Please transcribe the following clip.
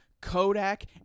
Kodak